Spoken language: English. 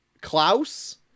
Klaus